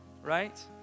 Right